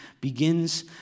begins